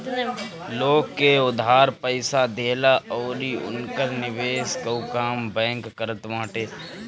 लोग के उधार पईसा देहला अउरी उनकर निवेश कअ काम बैंक करत बाटे